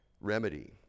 remedy